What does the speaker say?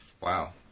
wow